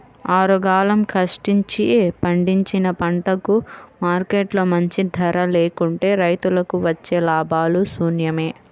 ఆరుగాలం కష్టించి పండించిన పంటకు మార్కెట్లో మంచి ధర లేకుంటే రైతులకు వచ్చే లాభాలు శూన్యమే